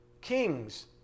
kings